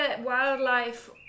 wildlife